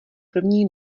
první